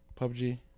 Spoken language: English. PUBG